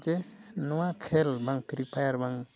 ᱪᱮ ᱱᱚᱣᱟ ᱠᱷᱮᱞ ᱵᱟᱝ ᱯᱷᱤᱨᱤ ᱯᱷᱟᱭᱟᱨ ᱵᱟᱝ